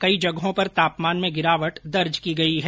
कई जगहों पर तापमान में गिरावट दर्ज की गई है